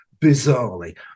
bizarrely